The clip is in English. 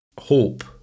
hope